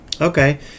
Okay